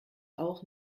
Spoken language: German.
auch